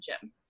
gym